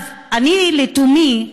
אני לתומי,